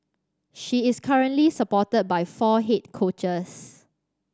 she is currently supported by four head coaches